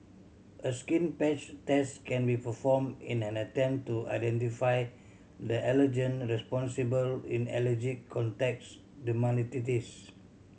a skin patch test can be performed in an attempt to identify the allergen responsible in allergic contacts dermatitis